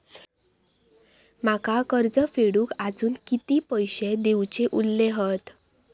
माका कर्ज फेडूक आजुन किती पैशे देऊचे उरले हत?